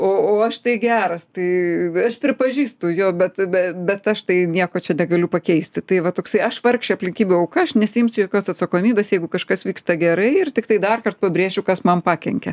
o o aš tai geras tai aš pripažįstu jo bet be bet aš tai nieko čia negaliu pakeisti tai va toksai aš vargšė aplinkybių auka aš nesiimsiu jokios atsakomybės jeigu kažkas vyksta gerai ir tiktai darkart pabrėšiu kas man pakenkė